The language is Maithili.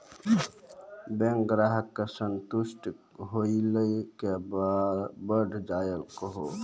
बैंक ग्राहक के संतुष्ट होयिल के बढ़ जायल कहो?